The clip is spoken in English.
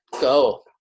go